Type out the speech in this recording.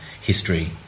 history